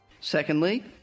Secondly